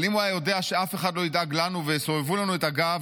אבל אם הוא היה יודע שאף אחד לא ידאג לנו ויסובבו לנו את הגב,